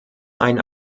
einen